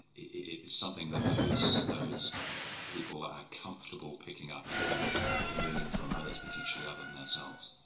it's something that those those people are comfortable picking up and and and learning from others potentially other than ourselves?